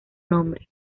nombre